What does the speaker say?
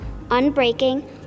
unbreaking